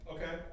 Okay